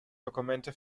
dokumente